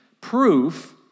proof